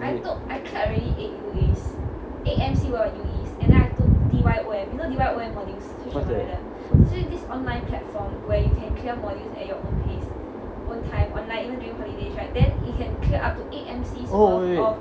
right what's that oh wait wait